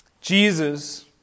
Jesus